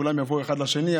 שכולם יבואו אחד לשני,